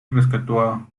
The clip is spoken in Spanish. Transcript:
rescató